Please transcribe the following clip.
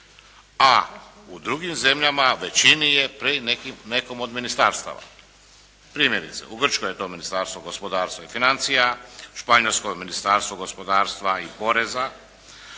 A u drugim zemljama većini je pri nekim, nekom od ministarstava. Primjerice u Grčkoj je to Ministarstvo gospodarstva i financija, u Španjolskoj Ministarstvo gospodarstva i poreza.